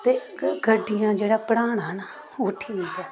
ते गड्डियां च जेह्ड़ा पढ़ाना ना ओह् ठीक ऐ